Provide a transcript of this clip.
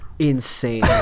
insane